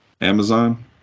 Amazon